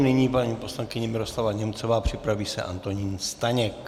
Nyní paní poslankyně Miroslava Němcová, připraví se Antonín Staněk.